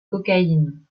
cocaïne